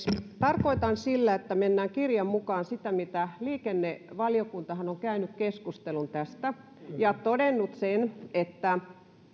tarkoitan sillä että mennään kirjan mukaan sitä mitä liikennevaliokuntahan on käynyt keskustelun tästä ja todennut että